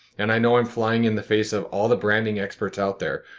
and i know i'm flying in the face of all the branding experts out there,